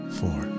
four